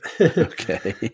Okay